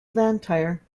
blantyre